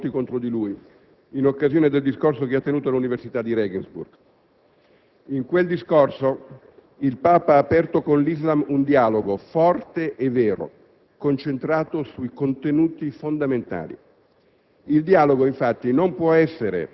dopo gli attacchi violenti che sono stati rivolti verso di lui in occasione del discorso che ha tenuto all'università di Regensburg. In quel discorso il Papa ha aperto con l'Islam un dialogo forte e vero, concentrato su contenuti fondamentali.